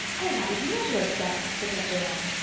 oh, that would never have done, protested anne.